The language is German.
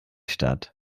statt